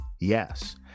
Yes